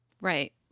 Right